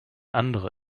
andere